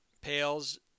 pails